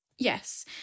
Yes